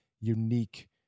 unique